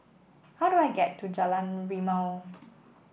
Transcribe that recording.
how do I get to Jalan Rimau